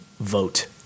vote